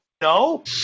no